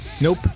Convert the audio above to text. Nope